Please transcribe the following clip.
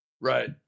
Right